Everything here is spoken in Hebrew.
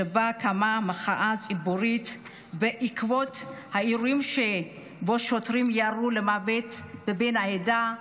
שבה קמה מחאה ציבורית בעקבות האירועים שבהם שוטרים ירו למוות בבן העדה,